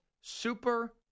Super